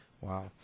Wow